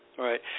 Right